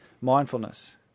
mindfulness